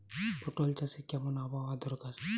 পটল চাষে কেমন আবহাওয়া দরকার?